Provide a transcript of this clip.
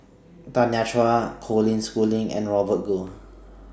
Tanya Chua Colin Schooling and Robert Goh